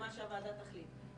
אנחנו נטפל בשני-שליש מאזרחי ישראל,